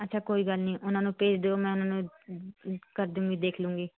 ਅੱਛਾ ਕੋਈ ਗੱਲ ਨੀ ਉਹਨਾਂ ਨੂੰ ਭੇਜ ਦਿਓ ਮੈਂ ਉਹਨਾਂ ਨੂੰ ਕਰ ਦਵਾਂਗੀ ਦੇਖਲੂਗੀ